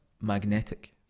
magnetic